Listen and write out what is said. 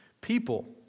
people